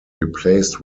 replaced